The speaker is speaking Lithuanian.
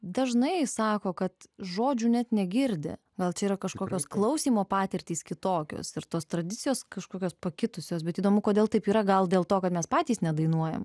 dažnai sako kad žodžių net negirdi gal čia yra kažkokios klausymo patirtys kitokios ir tos tradicijos kažkokios pakitusios bet įdomu kodėl taip yra gal dėl to kad mes patys nedainuojame